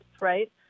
right